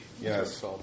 Yes